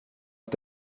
att